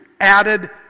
added